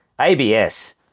ABS